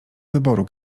wyboru